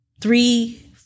three